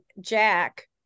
Jack